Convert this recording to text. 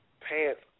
pants